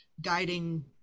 guiding